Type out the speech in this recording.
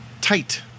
tight